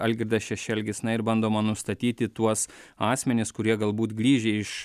algirdas šešelgis na ir bandoma nustatyti tuos asmenis kurie galbūt grįžę iš